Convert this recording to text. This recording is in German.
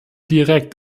direkt